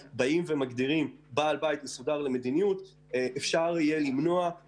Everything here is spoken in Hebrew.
מגדירים קובע מדיניות אחד אפשר יהיה למנוע הרבה חיכוכים.